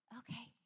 okay